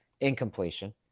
incompletion